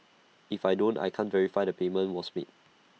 if I don't I can't verify the payment was made